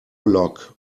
lock